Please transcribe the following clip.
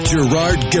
Gerard